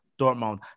Dortmund